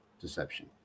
deception